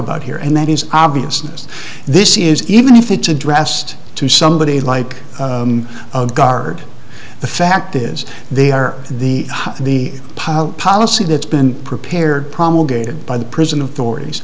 about here and that is obvious in this this is even if it's addressed to somebody like guard the fact is they are the the policy that's been prepared promulgated by the prison authorities